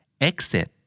Exit